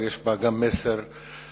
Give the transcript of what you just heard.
אבל יש בה גם מסר חברתי,